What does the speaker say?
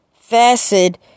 facet